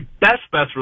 best-best